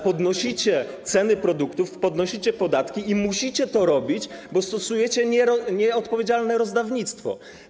Podnosicie ceny produktów, podnosicie podatki i musicie to robić, bo stosujecie nieodpowiedzialne rozdawnictwo.